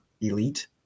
elite